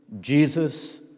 Jesus